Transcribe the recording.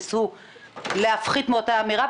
ניסו להפחית מאותה אמירה,